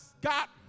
got